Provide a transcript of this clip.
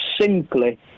simply